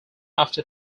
after